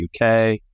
UK